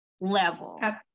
level